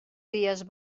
dies